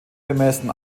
bemessen